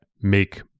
make